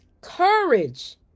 courage